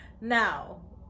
Now